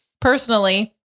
personally